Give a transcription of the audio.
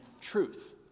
truth